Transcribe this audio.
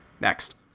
Next